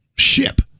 Ship